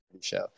show